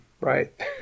right